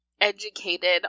educated